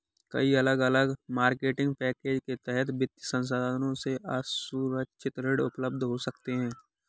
कई अलग अलग मार्केटिंग पैकेज के तहत वित्तीय संस्थानों से असुरक्षित ऋण उपलब्ध हो सकते हैं